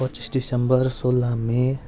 पच्चिस डिसेम्बर सोह्र मई